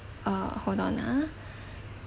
uh hold on ah